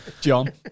John